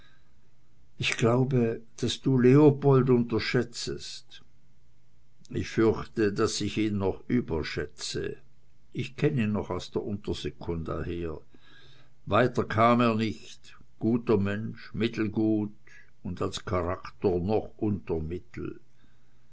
ich glaube daß du leopold unterschätzest ich fürchte daß ich ihn noch überschätze ich kenn ihn noch aus der untersekunda her weiter kam er nicht wozu auch guter mensch mittelgut und als charakter noch unter mittel